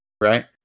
Right